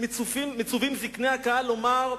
שמצווים זקני הקהל לומר: